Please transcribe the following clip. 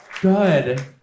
Good